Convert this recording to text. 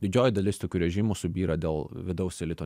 didžioji dalis tokių režimų subyra dėl vidaus elito